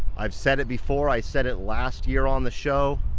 i've said it before, i said it last year on the show.